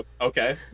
okay